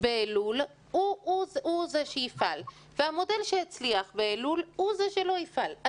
באלול הוא זה שיפעל ושהמודל שהצליח באלול הוא זה שלא יפעל.